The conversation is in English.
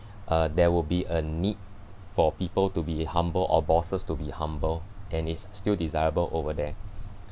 uh there will be a need for people to be humble or bosses to be humble and it's still desirable over there